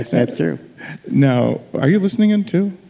that's true now, are you listening in too?